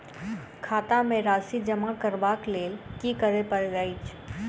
खाता मे राशि जमा करबाक लेल की करै पड़तै अछि?